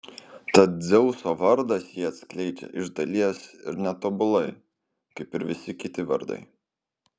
tad dzeuso vardas jį atskleidžia iš dalies ir netobulai kaip ir visi kiti vardai